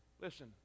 Listen